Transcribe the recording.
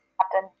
Captain